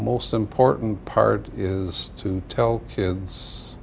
most important part is to tell kids